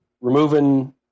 removing